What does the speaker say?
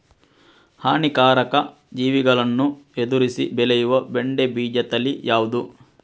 ಹಾನಿಕಾರಕ ಜೀವಿಗಳನ್ನು ಎದುರಿಸಿ ಬೆಳೆಯುವ ಬೆಂಡೆ ಬೀಜ ತಳಿ ಯಾವ್ದು?